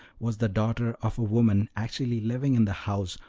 was the daughter of a woman actually living in the house,